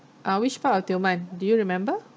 uh which part of tioman do you remember